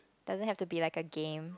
doesn't have to be like a game